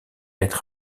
être